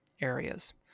areas